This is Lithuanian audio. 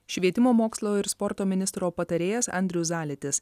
švietimo mokslo ir sporto ministro patarėjas andrius zalitis